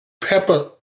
Peppa